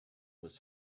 was